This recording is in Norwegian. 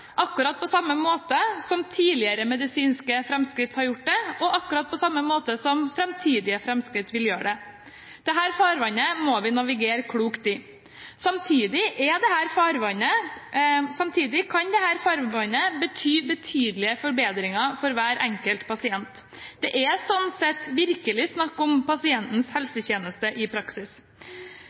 akkurat på samme måte som tidligere medisinske framskritt har gjort det, og akkurat på samme måte som framtidige framskritt vil gjøre det. Dette farvannet må vi navigere klokt i. Samtidig er dette et farvann som kan bety betydelige forbedringer for hver enkelt pasient. Det er sånn sett virkelig snakk om pasientens helsetjeneste i praksis.